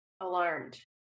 alarmed